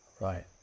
Right